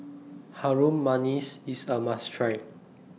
Harum Manis IS A must Try